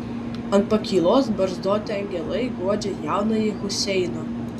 ant pakylos barzdoti angelai guodžia jaunąjį huseiną